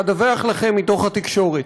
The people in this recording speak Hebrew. אדווח לכם מהתקשורת.